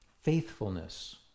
faithfulness